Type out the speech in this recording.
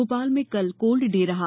भोपाल में कल cold day रहा